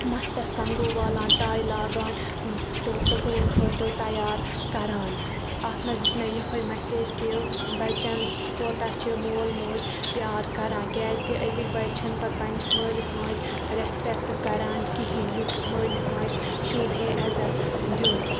مَستَس کنگوٗ والان ٹےَ لگان تہٕ سکوٗل خٲطٔر تَیار کران اَتھ منٛز دِژ مےٚ یِہےَ میسیج کہِ بَچن کوتاہ چھُ مول موج پیار کران کیٛازِ کہِ أزِکۍ بَچہِ چھِنہٕ پَتہٕ پَنہٕ نِس مٲلِس ماجہِ ریسپیٚکٹ کران کِہیٖنٛۍ یُتھ مٲلِس ماجہِ شوٗبہِ ہے عزتھ دِیُن